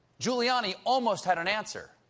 giuliani almost had an answer.